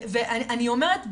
אני אומרת בכנות,